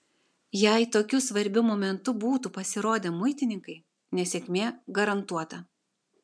jei tokiu svarbiu momentu būtų pasirodę muitininkai nesėkmė garantuota